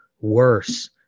worse